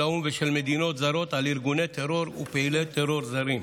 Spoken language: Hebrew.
האו"ם ושל מדינות זרות על ארגוני טרור ופעילי טרור זרים.